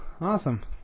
Awesome